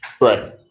right